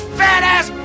fat-ass